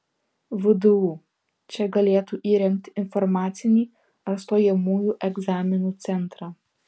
vdu čia galėtų įrengti informacinį ar stojamųjų egzaminų centrą